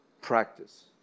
practice